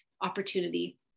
opportunity